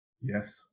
Yes